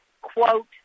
quote